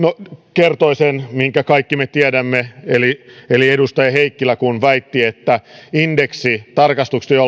kertoi sen minkä me kaikki tiedämme eli eli edustaja heikkilä väitti että indeksitarkastukset